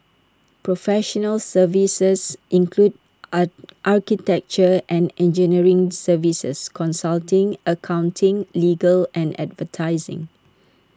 professional services include are architecture and engineering services consulting accounting legal and advertising